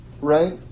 right